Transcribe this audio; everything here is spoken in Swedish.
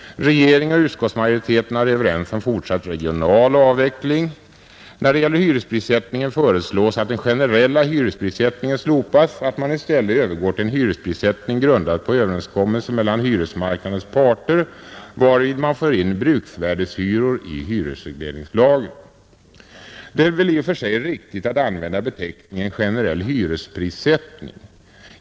Regeringen och utskottsmajoriteten är överens om fortsatt regional avveckling. När det gäller hyresprissättningen föreslås att den generella hyresprissättningen slopas och att man i stället övergår till en hyresprissättning grundad på överenskommelse mellan hyresmarknadens parter, varvid man för in bruksvärdehyror i hyresregleringslagen. Det är väl i och för sig riktigt att använda beteckningen generell hyresprissättning.